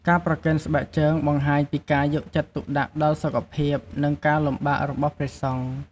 ការប្រគេនស្បែកជើងបង្ហាញពីការយកចិត្តទុកដាក់ដល់សុខភាព និងការលំបាករបស់ព្រះសង្ឃ។